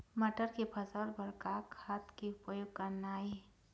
मटर के फसल बर का का खाद के उपयोग करना ये?